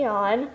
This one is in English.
on